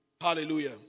Hallelujah